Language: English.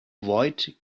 avoid